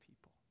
people